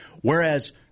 Whereas